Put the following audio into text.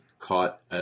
caught